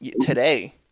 Today